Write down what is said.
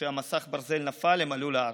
כשמסך הברזל נפל הם עלו לארץ.